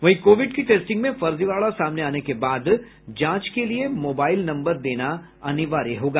वहीं कोविड की टेस्टिंग में फर्जीवाड़ा सामने आने के बाद जांच के लिये मोबाईल नम्बर देना अनिवार्य होगा